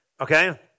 Okay